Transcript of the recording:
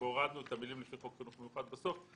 והורדנו את המילים "לפי חוק חינוך מיוחד" בסוף.